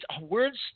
words